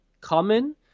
common